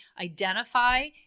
identify